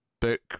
book